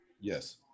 Yes